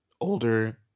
older